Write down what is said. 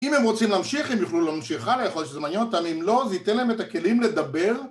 אם הם רוצים להמשיך, הם יוכלו להמשיך הלאה, יכול להיות שזה מעניין אותם, אם לא, זה ייתן להם את הכלים לדבר